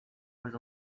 was